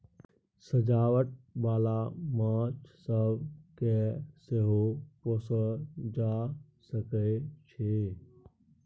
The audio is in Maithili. सजावट बाला माछ सब केँ सेहो पोसल जा सकइ छै